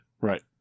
Right